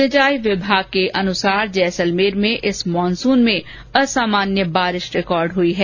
सिंचाई विभाग के अनुसार जैसलमेर में इस मानसून में असामान्य बारिश रिकॉर्ड हुई है